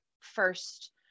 first